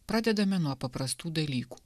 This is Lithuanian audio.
pradedame nuo paprastų dalykų